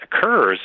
occurs